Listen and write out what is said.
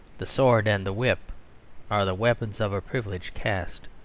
the sword and the whip are the weapons of a privileged caste.